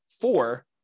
four